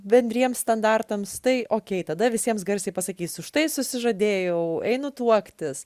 bendriems standartams tai okei tada visiems garsiai pasakysiu štai susižadėjau einu tuoktis